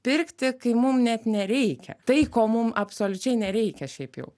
pirkti kai mum net nereikia tai ko mum absoliučiai nereikia šiaip jau